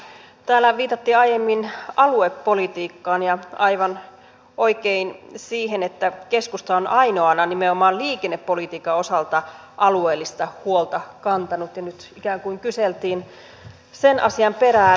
täällä viitattiin aiemmin aluepolitiikkaan ja aivan oikein siihen että keskusta on ainoana nimenomaan liikennepolitiikan osalta alueellista huolta kantanut ja nyt ikään kuin kyseltiin sen asian perään